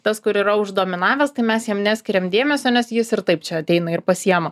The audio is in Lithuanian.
tas kur yra uždominavęs tai mes jam neskiriam dėmesio nes jis ir taip čia ateina ir pasiėma